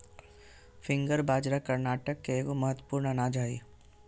finger बाजरा कर्नाटक के एगो महत्वपूर्ण अनाज हइ